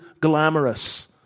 glamorous